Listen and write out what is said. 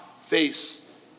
face